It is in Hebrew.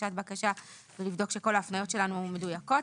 בהגשת בקשה ולבדוק שכל ההפניות שלנו מדויקות.